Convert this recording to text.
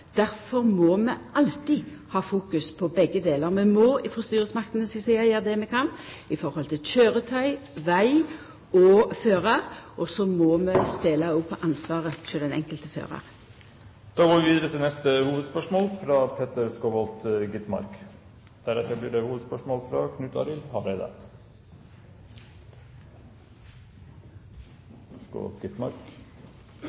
må vi alltid ha fokus på begge delar. Vi må frå styresmaktenes side gjera det vi kan når det gjeld køyretøy, veg og førar. Så må vi òg spela på ansvaret til den enkelte føraren. Da går vi videre til neste hovedspørsmål.